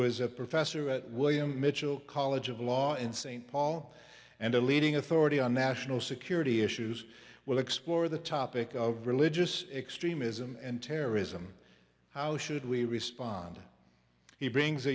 is a professor at william mitchell college of law in st paul and a leading authority on national security issues will explore the topic of religious extremism and terrorism how should we respond he brings a